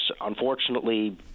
unfortunately